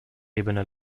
ebene